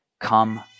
Come